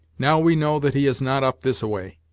now we know that he is not up this-a-way,